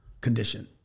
condition